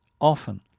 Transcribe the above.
often